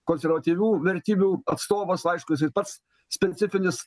konservatyvių vertybių atstovas aišku jisai pats specifinis